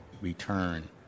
return